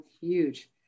huge